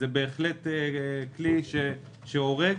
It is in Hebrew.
זה בהחלט כלי שהורג.